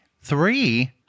Three